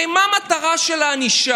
הרי מה המטרה של הענישה?